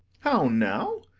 how now!